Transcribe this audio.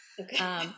Okay